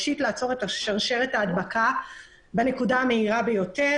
לעצור את שרשרת ההדבקה בנקודה המהירה ביותר